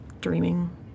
dreaming